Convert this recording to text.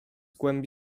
głębi